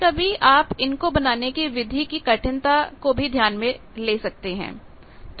कभी कभी आप इनको बनाने की विधि की कठिनता को भी ध्यान में ले सकते हैं